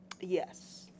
Yes